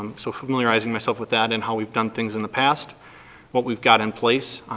um so familiarizing myself with that and how we've done things in the past, what we've got in place,